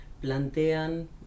plantean